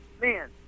Man